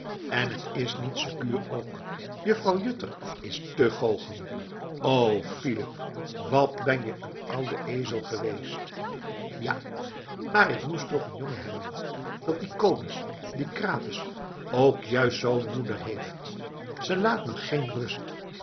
en t is niet sekuur ook vrouw juttner is te goochem o philip wat ben je een ouwe ezel geweest ja maar ik moest toch een jongen hebben dat die kobus die krates ook juist zoo'n moeder heeft zij laat me geen rust